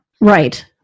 Right